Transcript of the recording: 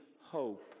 hope